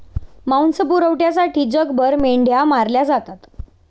मांस पुरवठ्यासाठी जगभर मेंढ्या मारल्या जातात